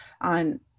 on